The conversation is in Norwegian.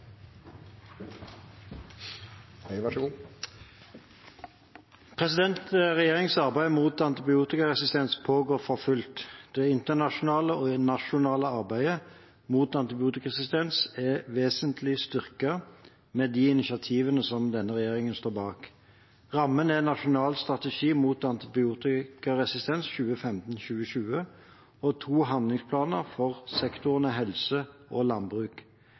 gjelde. Så, som sagt: SV støttar alle forslaga som har kome i denne saka, bortsett frå forslaget om 85 pst. belegg. Regjeringens arbeid mot antibiotikaresistens pågår for fullt. Det internasjonale og nasjonale arbeidet mot antibiotikaresistens er vesentlig styrket med de initiativene som denne regjeringen står bak. Rammen er Nasjonal strategi mot antibiotikaresistens 2015–2020 og to